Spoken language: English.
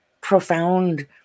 profound